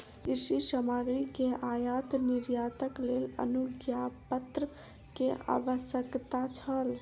कृषि सामग्री के आयात निर्यातक लेल अनुज्ञापत्र के आवश्यकता छल